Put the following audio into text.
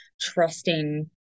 trusting